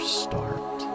start